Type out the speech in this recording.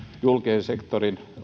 julkisen sektorin